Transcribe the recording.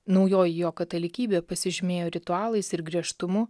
naujoji jo katalikybė pasižymėjo ritualais ir griežtumu